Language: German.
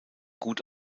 gut